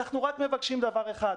אנחנו רק מבקשים דבר אחד,